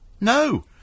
No